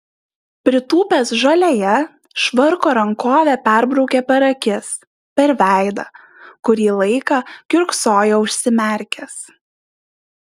pritūpęs žolėje švarko rankove perbraukė per akis per veidą kurį laiką kiurksojo užsimerkęs